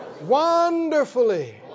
wonderfully